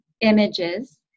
images